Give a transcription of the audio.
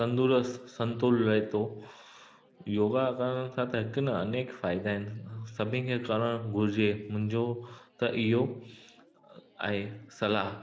तंदुरुस्त संतुल रहे थो योगा करण खां त हिकु न अनेक फ़ाइदा आहिनि सभिनि खे करणु घुर्जे मुंहिंजो त इहो आहे सलाह